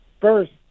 first